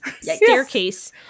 staircase